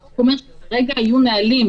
החוק אומר שצריך שיהיו נהלים.